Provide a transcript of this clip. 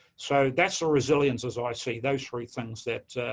so, that's the resilience, as i see, those three things that.